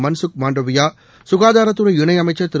மன்சுக் மாண்டவியா சுகாதாரத்துறை இணையமைச்சர் திரு